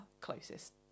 closest